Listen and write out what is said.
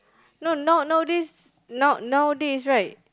no now now this not now this right